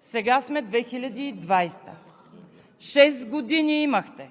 Сега сме 2020 г. Шест години имахте,